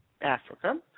africa